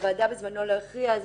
הוועדה בזמנו לא הכריעה.